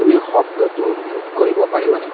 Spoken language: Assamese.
তুমি শব্দটো মিউট কৰিব পাৰিবানে